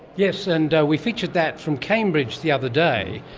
yes, and we featured that from cambridge the other day,